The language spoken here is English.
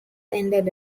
ended